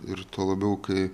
ir tuo labiau kai